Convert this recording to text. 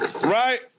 right